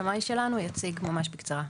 הוא יציג ממש בקצרה.